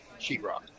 sheetrock